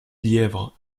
lièvre